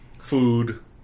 food